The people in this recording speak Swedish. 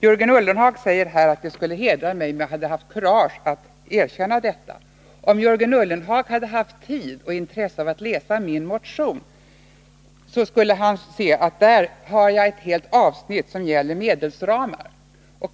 Jörgen Ullenhag säger att det skulle hedra mig om jag hade haft kuraget att erkänna detta. Om Jörgen Ullenhag hade haft tid och intresse för att läsa min motion, skulle han ha sett att jag där har ett helt avsnitt som gäller medelsramar.